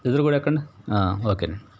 ఇద్దరూ కూడా ఎక్కండి ఆ ఓకేనండి